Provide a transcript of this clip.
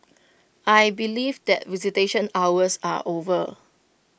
I believe that visitation hours are over